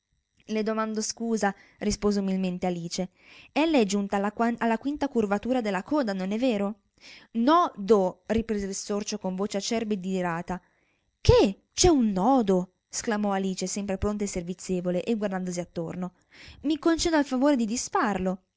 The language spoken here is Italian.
le domando scusa rispose umilmente alice ella è giunta alla quinta curvatura della coda non è vero no doh riprese il sorcio con voce acerba ed irata che c'è un nodo sclamò alice sempre pronta e servizievole e guardandosi attorno mi conceda il favore di disfarlo